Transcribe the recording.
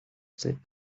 said